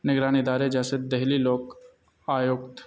نگران ادارے جیسے دہلی لوک آیوک